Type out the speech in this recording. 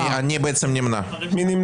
מי נמנע?